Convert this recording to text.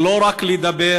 לא רק לדבר,